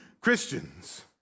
Christians